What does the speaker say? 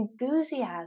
Enthusiasm